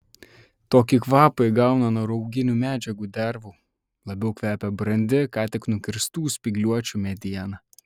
tokį kvapą įgauna nuo rauginių medžiagų dervų labiau kvepia brandi ką tik nukirstų spygliuočių mediena